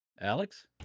Alex